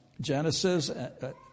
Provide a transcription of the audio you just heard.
Genesis